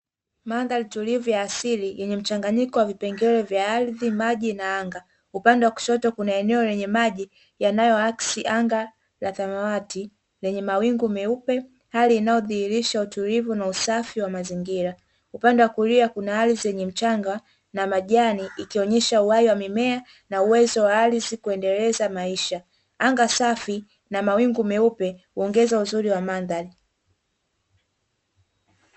Mandhari tulivu ya asili, yenye mchanganyiko wa vipengele vya ardhi, maji, na anga. Upande wa kushoto kuna eneo lenye maji yanayoakisi anga la samawati lenye mawingu meupe. Hali inayodhihirisha utulivu na usafi wa mazingira. Upande wa kulia kuna ardhi yenye mchanga na majani, ikionyesha uhai wa mimea na uwezo wa ardhi kuendeleza maisha. Anga safi na mawingu meupe huongeza uzuri wa mandhari.